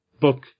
book